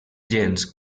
gens